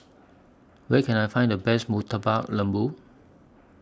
Where Can I Find The Best Murtabak Lembu